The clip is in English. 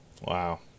Wow